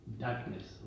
darkness